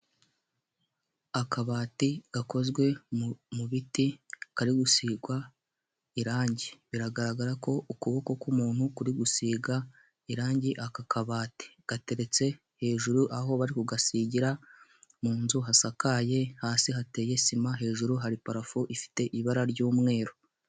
Akabati gakozwe mu biti kari gusigwa irangi biragaragara ko ukuboko k'umuntu kuri gusiga irangi aka kabati gateretse hejuru aho bari kugasigira mu nzu hasakaye hasi hateye sima hejuru hari parafo ifite ibara ry'umweru.